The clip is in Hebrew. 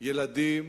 ילדים,